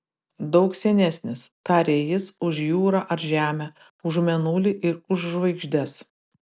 daug senesnis tarė jis už jūrą ar žemę už mėnulį ir už žvaigždes